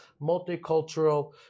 multicultural